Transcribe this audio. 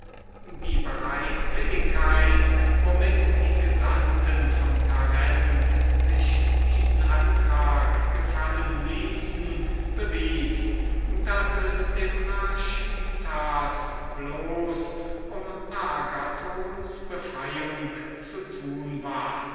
die bereitwilligkeit womit die gesandten von tarent sich diesen antrag gefallen ließen bewies daß es dem archytas allein um die befreiung agathons zu tun war